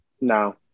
No